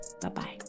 bye-bye